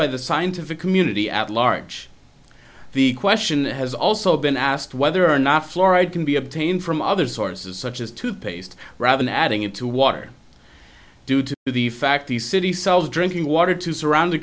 by the scientific community at large the question has also been asked whether or not fluoride can be obtained from other sources such as toothpaste robin adding it to water due to the fact the city sells drinking water to surround